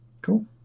Cool